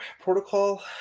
protocol